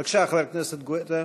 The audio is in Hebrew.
בבקשה, חבר הכנסת גואטה,